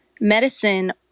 medicine